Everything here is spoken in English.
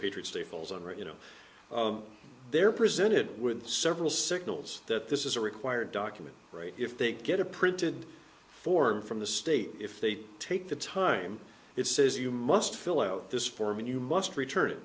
patriot's day falls on right you know they're presented with several signals that this is a required document if they get a printed form from the state if they take the time it says you must fill out this form and you must return